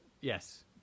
yes